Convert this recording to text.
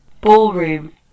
Ballroom